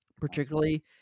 particularly